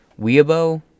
Weibo